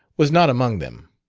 was not among them.